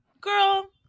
girl